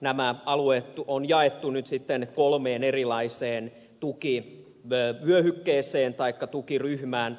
nämä alueet on jaettu nyt sitten kolmeen erilaiseen tukivyöhykkeeseen taikka tukiryhmään